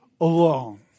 alone